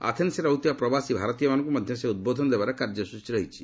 ଆଥେନ୍୍ରରେ ରହୁଥିବା ପ୍ରବାସୀ ଭାରତୀୟମାନଙ୍କୁ ମଧ୍ୟ ସେ ଉଦ୍ବୋଧନ ଦେବାର କାର୍ଯ୍ୟସ୍ଚୀ ରହିଛି